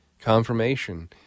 Confirmation